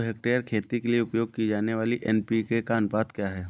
दो हेक्टेयर खेती के लिए उपयोग की जाने वाली एन.पी.के का अनुपात क्या है?